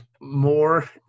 more